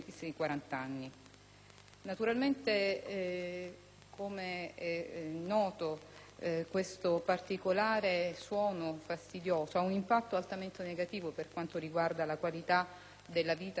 Naturalmente, come è noto, questo particolare suono fastidioso ha un impatto altamente negativo per quanto riguarda la qualità della vita dei soggetti colpiti,